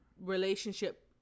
relationship